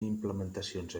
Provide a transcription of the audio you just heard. implementacions